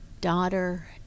daughter